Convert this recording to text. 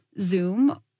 Zoom